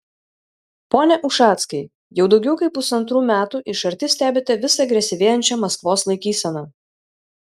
pone ušackai jau daugiau kaip pusantrų metų iš arti stebite vis agresyvėjančią maskvos laikyseną